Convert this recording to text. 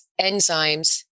enzymes